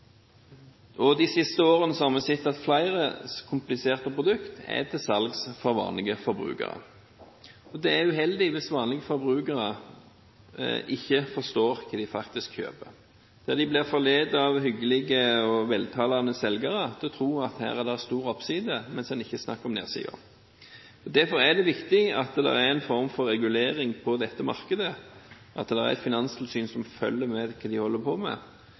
er uheldig hvis vanlige forbrukere ikke forstår hva de faktisk kjøper. De blir forledet av hyggelige og veltalende selgere til å tro at her er det stor oppside, mens en ikke snakker om nedsiden. Derfor er det viktig at det er en form for regulering av dette markedet, at det er et finanstilsyn som følger med på hva de holder på med,